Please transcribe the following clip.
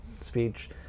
Speech